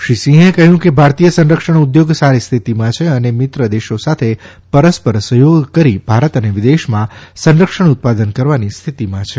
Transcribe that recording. શ્રી સિંહે કહ્યું કે ભારતીય સંરક્ષણ ઉદ્યોગ સારી સ્થિતિમાં છે અને મિત્ર દેશો સાથે પરસ્પર સહયોગ કરી ભારત અને વિદેશમાં સંરક્ષમ ઉત્પાદન કરવાની સ્થિતિમાં છે